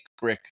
brick